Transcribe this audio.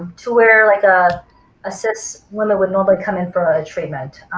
to where like ah a cis woman would normally come in for a treatment.